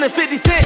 56